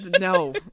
No